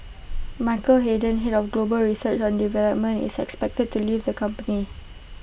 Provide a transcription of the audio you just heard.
Michael Hayden Head of global research and development is expected to leave the company